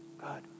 God